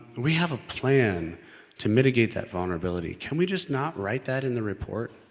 we have a plan to mitigate that vulnerability. can we just not write that in the report.